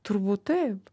turbūt taip